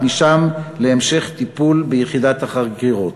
ומשם להמשך טיפול ביחידת החקירות.